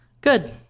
Good